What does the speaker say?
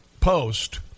Post